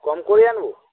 কম করেই আনব